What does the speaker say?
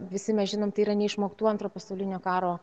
visi mes žinom tai yra neišmoktų antro pasaulinio karo